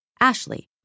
Ashley